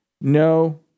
No